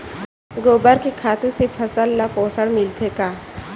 गोबर के खातु से फसल ल पोषण मिलथे का?